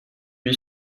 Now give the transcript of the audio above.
lui